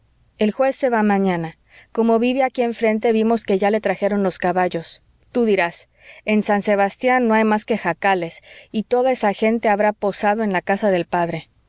el juez se va mañana como vive aquí enfrente vimos que ya le trajeron los caballos tú dirás en san sebastián no hay más que jacales y toda esa gente habrá posado en la casa del padre